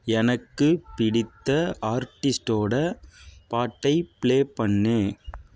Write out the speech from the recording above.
எனக்கு பிடித்த ஆர்டிஸ்டோடய பாட்டை பிளே பண்ணு